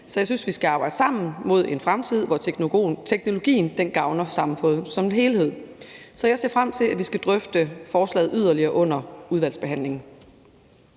Så jeg synes, vi skal arbejde sammen mod en fremtid, hvor teknologien gavner samfundet som helhed. Jeg ser frem til, at vi skal drøfte forslaget yderligere under udvalgsbehandlingen.